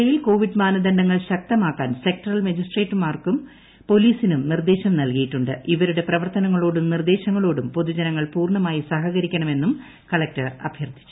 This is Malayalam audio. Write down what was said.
ജില്ലയിൽ കോവിഡ് മാനദണ്ഡങ്ങൾ ശ ക്തമാക്കാൻ സെക്ടറൽ മജിസ്ട്രേറ്റുമാർക്കും പൊലീസിനും നിർദേ ശം നൽകിയിട്ടുണ്ട് ഇവരുടെ പ്രവർത്തനങ്ങളോടും നിർദേശ ങ്ങളോടും പൊതുജനങ്ങൾ പൂർണമായി സഹകരിക്കണമെന്നും ക ളക്ടർ അഭ്യർഥിച്ചു